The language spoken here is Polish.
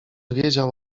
wiedział